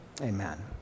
amen